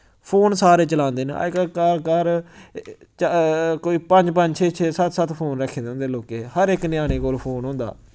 phone सारे चलांदे न अज्जकल घर घर कोई पंज पंज छे छे सत्त सत्त फोन रक्खे दे होंदे लोकें हर इक न्याने कोल फोन होंदा